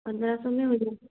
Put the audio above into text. पन्द्रह सौ में हो जाए